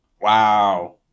wow